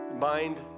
Mind